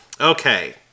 Okay